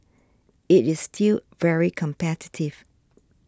it is still very competitive